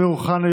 אמיר אוחנה,